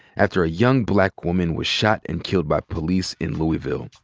after a young black woman was shot and killed by police in louisville.